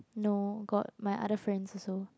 no got my other friends also